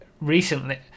recently